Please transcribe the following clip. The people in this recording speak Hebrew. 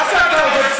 דווקא אתה,